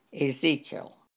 Ezekiel